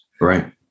Right